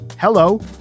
hello